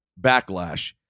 Backlash